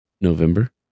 November